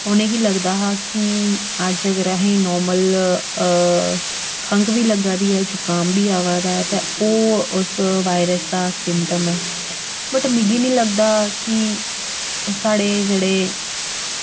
उ'नें गी लगदा हा कि अज्ज अगर असें ई नार्मल खंघ बी लग्गा दी ऐ जकाम बी औऐ दा ऐ ते ओह् उस वायरस दा सिम्टम ऐ वट मिगी निं लगदा कि साढ़े जेह्ड़े